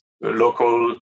local